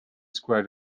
square